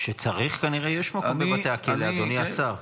כשצריך, כנראה שיש מקום בבתי הכלא, אדוני השר.